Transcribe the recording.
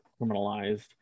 criminalized